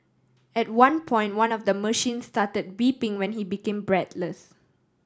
at one point one of the machines started beeping when he became breathless